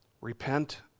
Repent